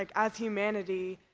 like as humanity,